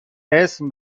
اسم